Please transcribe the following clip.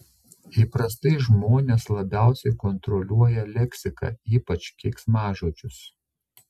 įprastai žmonės labiausiai kontroliuoja leksiką ypač keiksmažodžius